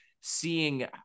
seeing